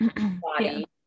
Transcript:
body